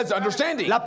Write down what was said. understanding